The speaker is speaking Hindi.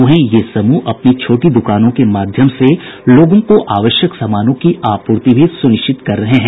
वहीं ये समूह अपनी छोटी दुकानों के माध्यम से लोगों को आवश्यक समानों की आपूर्ति भी सुनिश्चित कर रहे हैं